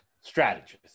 strategist